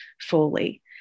fully